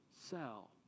sell